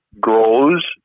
grows